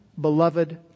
beloved